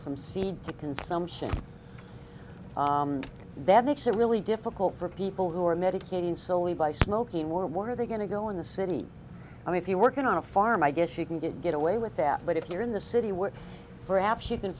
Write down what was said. from seed to consumption that makes it really difficult for people who are medicating solely by smoking or what are they going to go in the city i mean if you're working on a farm i guess you can get get away with that but if you're in the city where perhaps you can